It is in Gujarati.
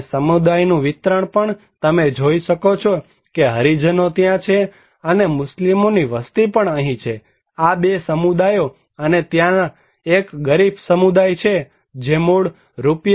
અને સમુદાયનું વિતરણ પણ તમે જોઈ શકો છો કે હરિજનો ત્યાં છે અને મુસ્લિમોની વસ્તી અહીં છે આ બે સમુદાયો અને ત્યાં એક ગરીબ સમુદાય છે જે મૂળ રૂ